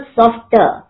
softer